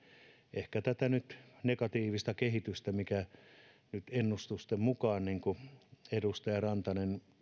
ehkä nyt negatiivista kehitystä mikä ennustusten mukaan on niin kuin edustaja rantanen